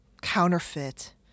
counterfeit